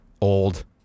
old